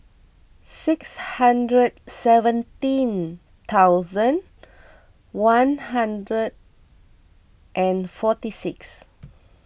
six hundred seventeen thousand one hundred and forty six